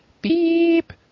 beep